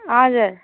हजुर